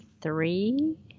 three-